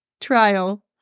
trial